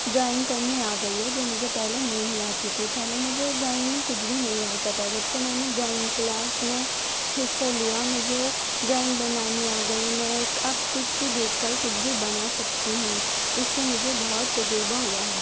drawing کرنی آ گئی ہے جو مجھے پہلے نہیں آتی تھی پہلے مجھے ڈرائنگ میں کچھ بھی نہیں آتا تھا جب سے میں نے ڈرائنگ کلاس میں حصہ لیا مجھے ڈرائنگ بنانی آ گئی میں اب کچھ بھی دیکھ کر کچھ بھی بنا سکتی ہوں اس سے مجھے بہت تجربہ ہوا ہے